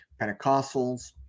Pentecostals